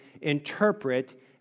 interpret